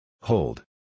Hold